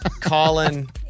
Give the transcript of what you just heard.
Colin